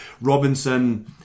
Robinson